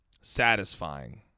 satisfying